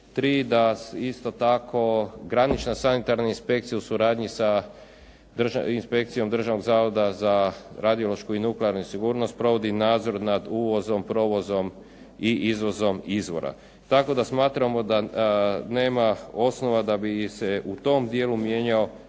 3. da isto tako granična sanitarna inspekcija u suradnji sa inspekcijom Državnog zavoda za radiološku i nuklearnu sigurnost provodi nadzor nad uvozom, provozom i izvozom izvora. Tako da smatramo da nema osnova da bi se u tom dijelu mijenjao